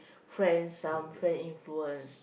friends some friends influence